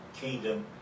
kingdom